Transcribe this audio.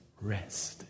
rest